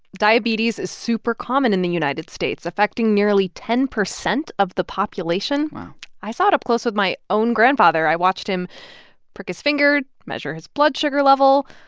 diabetes is super-common in the united states, affecting nearly ten percent of the population wow i saw it up close with my own grandfather. i watched him prick his finger, measure his blood sugar level.